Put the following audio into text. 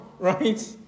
Right